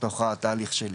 בתוך התהליך שלי,